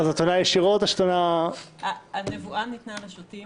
את עונה ישירות או שאת עונה --- הנבואה ניתנה לשוטים.